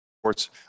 sports